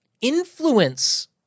influence